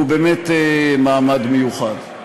הוא באמת מעמד מיוחד.